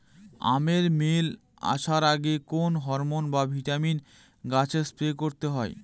আমের মোল আসার আগে কোন হরমন বা ভিটামিন গাছে স্প্রে করতে হয়?